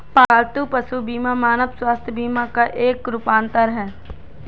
पालतू पशु बीमा मानव स्वास्थ्य बीमा का एक रूपांतर है